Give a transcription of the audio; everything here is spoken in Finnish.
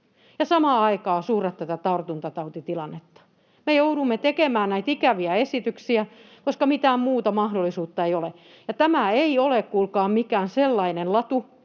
Rajat voi pitää auki kuitenkin?] Me joudumme tekemään näitä ikäviä esityksiä, koska mitään muuta mahdollisuutta ei ole. Ja tämä ei ole, kuulkaa, mikään sellainen latu,